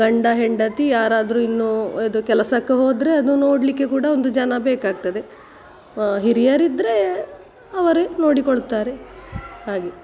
ಗಂಡ ಹೆಂಡತಿ ಯಾರಾದರೂ ಇನ್ನೂ ಇದು ಕೆಲಸಕ್ಕೆ ಹೋದರೆ ಅದು ನೋಡಲಿಕ್ಕೆ ಕೂಡ ಒಂದು ಜನ ಬೇಕಾಗ್ತದೆ ಹಿರಿಯರಿದ್ದರೆ ಅವರೇ ನೋಡಿಕೊಳ್ತಾರೆ ಹಾಗೆ